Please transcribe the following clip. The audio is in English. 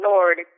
Lord